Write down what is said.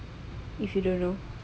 if you don't know